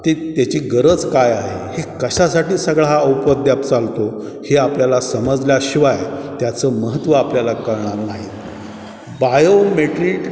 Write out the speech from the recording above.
ते त्याची गरज काय आहे हे कशासाठी सगळा हा उपद्व्याप चालतो हे आपल्याला समजल्याशिवाय त्याचं महत्त्व आपल्याला कळणार नाहीत बायोमेट्रीक